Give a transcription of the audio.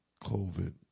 COVID